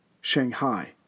Shanghai